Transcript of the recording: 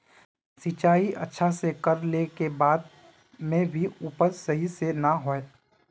सिंचाई अच्छा से कर ला के बाद में भी उपज सही से ना होय?